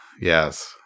yes